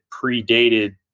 predated